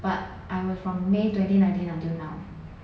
but I was from may twenty nineteen until now